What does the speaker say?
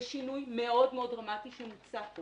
זה שינוי מאוד מאוד דרמטי שמוצע פה